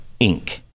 Inc